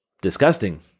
disgusting